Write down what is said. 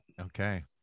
okay